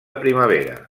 primavera